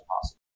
possible